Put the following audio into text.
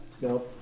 No